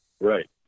Right